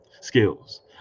skills